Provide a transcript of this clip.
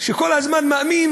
שכל הזמן מאמין